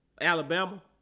Alabama